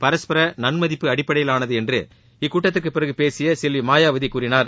பரஸ்பர நன்மதிப்பு அடிப்படையிலானது என்று இக்கூட்டத்திற்குப் பிறகு பேசிய செல்வி மாயாவதி கூறினார்